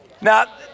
now